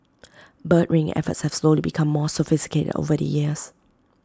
bird ringing efforts have slowly become more sophisticated over the years